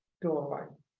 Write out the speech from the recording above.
to online